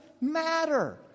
matter